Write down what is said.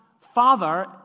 Father